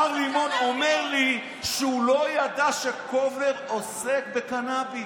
מר לימון אמר לי שהוא לא ידע שקולבר עוסק בקנביס.